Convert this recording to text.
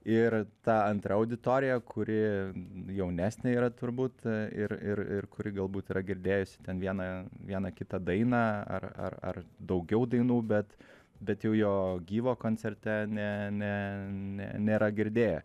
ir ta antra auditorija kuri jaunesnė yra turbūt ir ir ir kuri galbūt yra girdėjusi ten vieną vieną kitą dainą ar ar ar daugiau dainų bet bet jau jo gyvo koncerte ne ne ne nėra girdėję